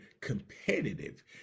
competitive